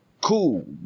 cool